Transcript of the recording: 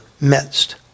midst